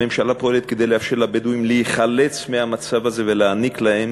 הממשלה פועלת כדי לאפשר לבדואים להיחלץ מהמצב הזה ולהעניק להם,